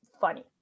funny